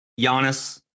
Giannis